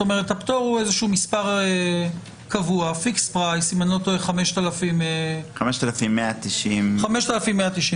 זאת אומרת הפטור הוא מספר קבוע של 5,190 שקל.